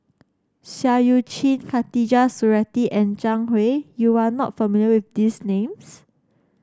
Seah Eu Chin Khatijah Surattee and Zhang Hui you are not familiar with these names